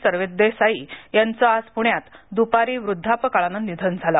सरदेसाई याचं आज पुण्यात दुपारी वृद्धापकाळान निधन झाल